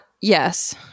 Yes